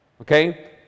okay